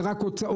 זה רק הוצאות.